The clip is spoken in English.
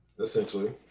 Essentially